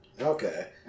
Okay